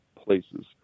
places